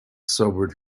sobered